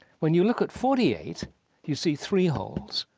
when you look at forty eight you see three holes.